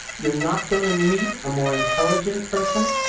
you're not gonna meet a more intelligent person,